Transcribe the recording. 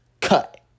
Cut